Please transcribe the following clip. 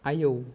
आयौ